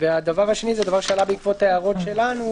הדבר השני עלה בעקבות הוראות שלנו,